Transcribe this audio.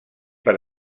per